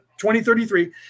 2033